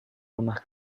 rumah